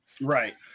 right